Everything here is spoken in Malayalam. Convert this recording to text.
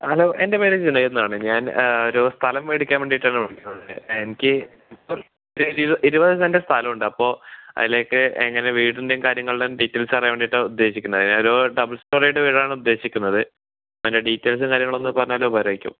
ഹലോ എൻ്റെ പേര് ജുനൈദ് എന്നാണ് ഞാൻ ഒരു സ്ഥലം മേടിക്കാൻ വേണ്ടിയിട്ടാണ് വിളിക്കുന്നത് എനിക്ക് ഇരുപത് സെന്റെ സ്ഥലമുണ്ട് അപ്പോൾ അതിലേക്ക് എങ്ങനെ വീടിൻ്റെയും കാര്യങ്ങളുടെയും ഡീറ്റെയിൽസ് അറിയാൻ വേണ്ടിട്ടാണ് ഉദേശിക്കുന്നത് ഞാനൊരു ഡബിൾ സ്റ്റോറീഡ് വീടാണ് ഉദ്ദേശിക്കുന്നത് അതിൻ്റെ ഡീറ്റൈൽസും കാര്യങ്ങളും പറഞ്ഞാലൊന്നു ഉപകാരമായിരിക്കും